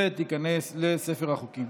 ותיכנס לספר החוקים.